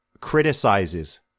criticizes